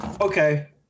Okay